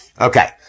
Okay